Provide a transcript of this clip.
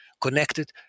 connected